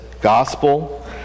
gospel